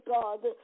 God